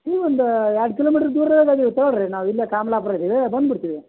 ನೀವು ಒಂದು ಎರಡು ಕಿಲೋಮೀಟ್ರ್ ದೂರ್ದಾಗ ಅದೀವಿ ಸರಿ ನಾವು ಇಲ್ಲೇ ಕಮ್ಲಾಪುರ್ ಇದ್ದೀವಿ ಬಂದುಬಿಡ್ತೀವಿ